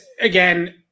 again